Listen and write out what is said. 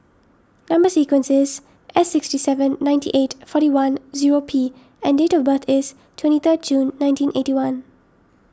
Number Sequence is S sixty seven ninety eight forty one zero P and date of birth is twenty third June nineteen eighty one